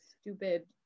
stupid